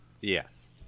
Yes